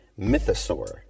Mythosaur